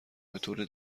بطور